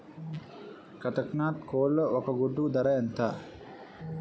కదక్నత్ కోళ్ల ఒక గుడ్డు ధర ఎంత?